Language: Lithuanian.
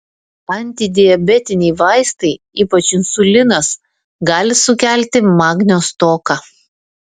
antidiabetiniai vaistai ypač insulinas gali sukelti magnio stoką